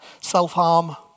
self-harm